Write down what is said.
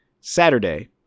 Saturday